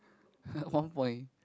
one point